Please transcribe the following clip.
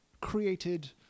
created